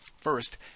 First